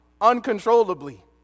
uncontrollably